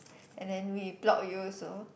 and then we block you also